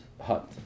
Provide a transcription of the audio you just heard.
hut